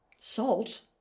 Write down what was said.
salt